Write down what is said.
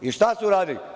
I, šta su uradili?